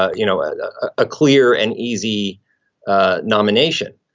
ah you know, a clear and easy ah nomination.